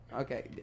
okay